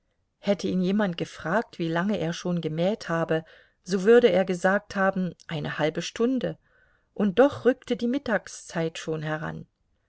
hätte ihn jemand gefragt wie lange er schon gemäht habe so würde er gesagt haben eine halbe stunde und doch rückte die mittagszeit schon heran